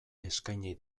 eskaini